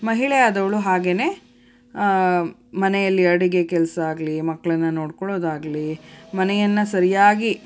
ಮಹಿಳೆಯಾದವಳು ಹಾಗೆಯೇ ಮನೆಯಲ್ಲಿ ಅಡಿಗೆ ಕೆಲಸ ಆಗಲಿ ಮಕ್ಕಳನ್ನ ನೋಡ್ಕೊಳ್ಳೋದು ಆಗಲಿ ಮನೆಯನ್ನು ಸರಿಯಾಗಿ